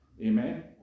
amen